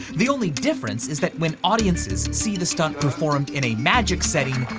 the only difference is that when audiences see the stunt performed in a magic setting,